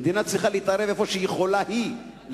המדינה צריכה להתערב איפה שהיא יכולה לתת,